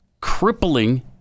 crippling